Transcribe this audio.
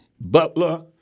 butler